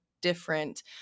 different